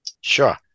Sure